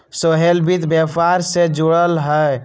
सोहेल वित्त व्यापार से जुरल हए